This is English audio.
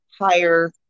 higher